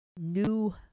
new